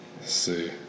see